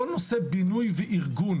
כל נושא בינוי וארגון